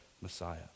Messiah